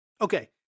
Okay